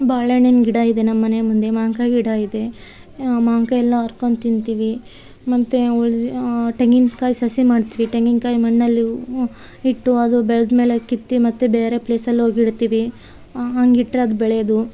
ಬಾಳೆ ಹಣ್ಣಿನ ಗಿಡ ಇದೆ ನಮ್ಮಮನೆ ಮುಂದೆ ಮಾವಿನ್ಕಾಯಿ ಗಿಡ ಇದೆ ಮಾವಿನ್ಕಾಯಿ ಎಲ್ಲ ಹರ್ಕೊಂಡು ತಿಂತೀವಿ ಮತ್ತು ಉಳಿದಿರೋ ತೆಂಗಿನ್ಕಾಯಿ ಸಸಿ ಮಾಡ್ತೀವಿ ತೆಂಗಿನ್ಕಾಯಿ ಮಣ್ಣಲ್ಲಿ ಇಟ್ಟು ಅದು ಬೆಳೆದ ಮೇಲೆ ಕೆತ್ತಿ ಮತ್ತು ಬೇರೆ ಪ್ಲೇಸಲ್ಲಿ ಹೋಗಿ ಇಡ್ತೀವಿ ಹಂಗಿಟ್ರೆ ಅದು ಬೆಳೆಯೋದು